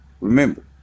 Remember